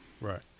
Right